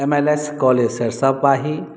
M L S college Sarisab Pahi